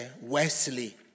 Wesley